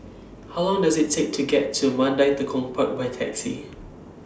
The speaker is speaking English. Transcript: How Long Does IT Take to get to Mandai Tekong Park By Taxi